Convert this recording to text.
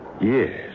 Yes